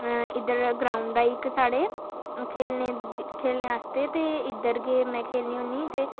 इद्धर ग्राउंड ऐ इक साढ़े खेढने आस्तै इद्धर गै में खेढनी होन्मीं